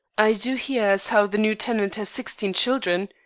i do hear as how the new tenant has sixteen children.